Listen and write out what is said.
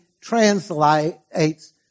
translates